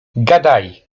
gadaj